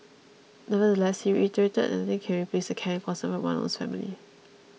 nevertheless he reiterated that nothing can replace the care and concern from one's own family